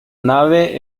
nave